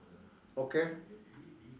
okay